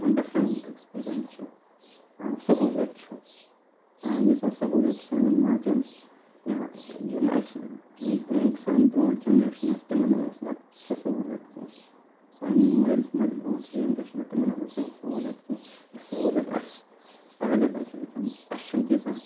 different experience چھِ سہوٗلَت چھُ ییٖژاہ سہوٗلَت سانٮ۪ن ماجَن یا یِم اَسہِ یِم سانہِ برونٛٹھ جَنریشن ٲس تِمَن ٲس نہٕ سۄ سہوٗلَت کینٛہہ سانہِ مٲلِس ماجہِ برونٛٹھ یُس جَنریشَن ٲس تِمَن ٲس نہٕ سۄ سہوٗلَت کینٛہہ یُس سہوٗلَت اَسہِ ایویلیبٕل چھِ وٕنۍکٮ۪ن اَسہِ چھِنہٕ تیٖژاہ